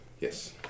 Yes